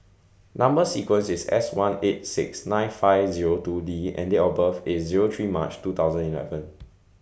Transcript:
Number sequence IS S one eight six nine five Zero two D and Date of birth IS Zero three March two thousand eleven